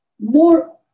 more